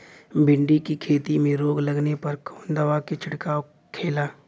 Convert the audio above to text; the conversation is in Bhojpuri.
भिंडी की खेती में रोग लगने पर कौन दवा के छिड़काव खेला?